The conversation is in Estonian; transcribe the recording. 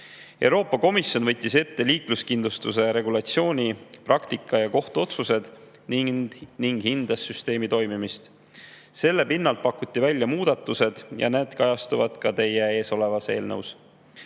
Komisjon võttis ette liikluskindlustuse regulatsiooni, praktika ja kohtuotsused ning hindas süsteemi toimimist. Selle pinnalt pakuti välja muudatused ja need kajastuvad ka teie ees olevas eelnõus.